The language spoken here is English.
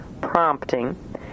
prompting